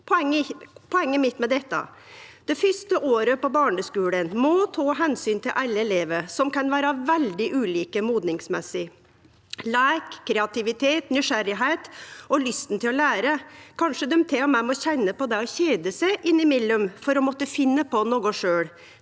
Poenget mitt med dette: Det fyrste året på barneskulen må ta omsyn til alle elevar, som kan vere veldig ulike i modninga. Leik, kreativitet, nysgjerrigheit og lyst til å lære – kanskje dei til og med må kjenne på det å kjede seg innimellom for å måtte finne på noko sjølve.